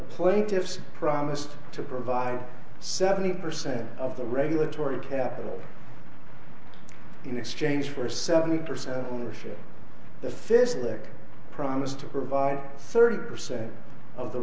plaintiffs promised to provide seventy percent of the regulatory capital in exchange for seventy percent ownership the physic promised to provide thirty percent of the